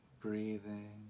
breathing